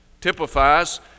typifies